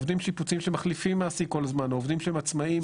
עובדים שיפוצים שמחליפים מעסיק כל הזמן או עובדים שהם עצמאיים,